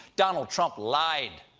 donald trump lied.